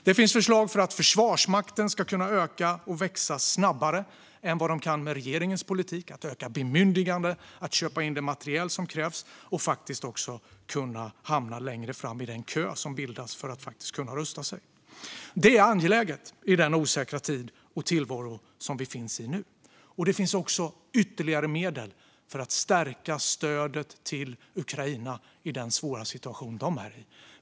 Det finns förslag för att Försvarsmakten ska kunna öka och växa snabbare än vad den kan med regeringens politik, att öka bemyndigandet att köpa in den materiel som krävs och för att också kunna hamna längre fram i den kö som bildas för att kunna rusta sig. Det är angeläget i den osäkra tid och tillvaro vi befinner oss i nu. Det finns också ytterligare medel för att stärka stödet till Ukraina i den svåra situation de är i.